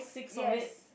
yes